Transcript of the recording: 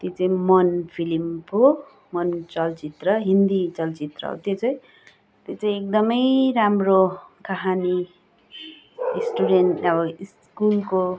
त्यो चाहिँ मन फिल्म हो मन चलचित्र हिन्दी चलचित्र हो त्यो चाहिँ त्यो चाहिँ एकदमै राम्रो कहानी स्टुडेन्ट अब स्कुलको